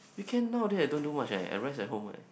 weekend nowaday I don't do much eh I rest at home eh